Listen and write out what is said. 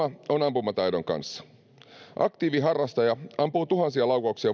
ampumataidon kanssa aktiiviharrastaja ampuu tuhansia laukauksia